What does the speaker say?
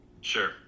Sure